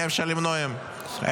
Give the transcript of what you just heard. היה אפשר למנוע אותם,